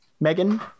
Megan